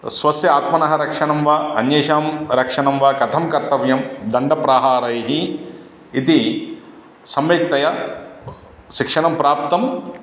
स्वस्य आत्मनः रक्षणं वा अन्येषां रक्षणं वा कथं कर्तव्यं दण्डप्रहारैः इति सम्यक्तया शिक्षणं प्राप्तम्